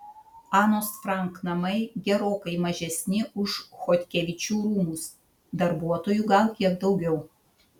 anos frank namai gerokai mažesni už chodkevičių rūmus darbuotojų gal kiek daugiau